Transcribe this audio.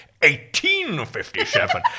1857